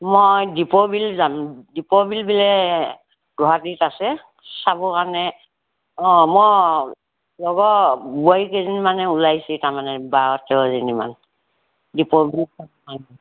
মই দীপৰ বিল যাম দীপৰ বিল বোলে গুৱাহাটীত আছে চাবৰ কাৰণে অ মই লগৰ বোৱাৰী কেইজনীমানে ওলাইছে তাৰমানে বাৰ তেৰজনীমান দীপৰ বিল